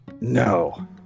No